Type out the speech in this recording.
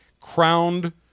crowned